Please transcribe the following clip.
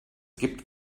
gibt